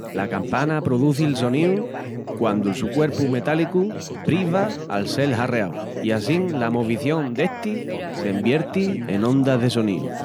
La campana produzi'l soníu quandu'l su cuerpi metálicu briva al sel harreau, i assín la movición desti s'envierti en ondas de soníu.